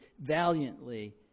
valiantly